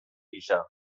gisa